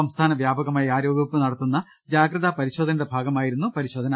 സംസ്ഥാന വ്യാപകമായി ആരോഗൃവകുപ്പ് നടത്തുന്ന ജാഗ്രതാ പ്രിശോധനയുടെ ഭാഗമായാ യിരുന്നു പരിശോധന